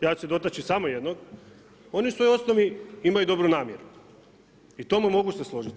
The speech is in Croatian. ja ću se dotaći samo jednog, oni u svojoj osnovi imaju dobru namjeru i o tome mogu se složiti.